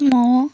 ମୁଁ